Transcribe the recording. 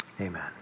Amen